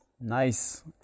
Nice